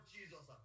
Jesus